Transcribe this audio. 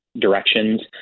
directions